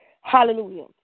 Hallelujah